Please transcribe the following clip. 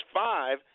five